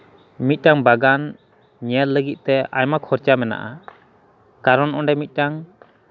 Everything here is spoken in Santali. ᱢᱤᱫᱴᱟᱱ ᱵᱟᱜᱟᱱ ᱧᱮᱞ ᱞᱟᱹᱜᱤᱫ ᱛᱮ ᱟᱭᱢᱟ ᱠᱷᱚᱨᱪᱟ ᱢᱮᱱᱟᱜᱼᱟ ᱠᱟᱨᱚᱱ ᱚᱸᱰᱮ ᱢᱤᱫᱴᱟᱱ